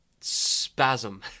spasm